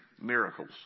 miracles